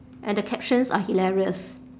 and the captions are hilarious